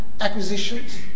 acquisitions